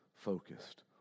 focused